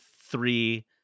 three